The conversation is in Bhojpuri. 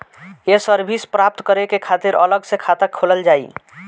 ये सर्विस प्राप्त करे के खातिर अलग से खाता खोलल जाइ?